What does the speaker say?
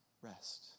rest